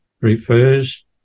refers